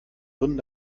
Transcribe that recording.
gründen